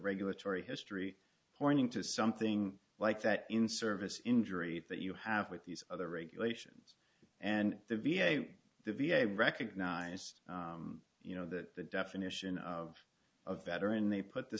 regulatory history pointing to something like that in service injury that you have with these other regulations and the v a the v a recognized you know that the definition of a veteran they put the